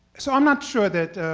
so i'm not sure that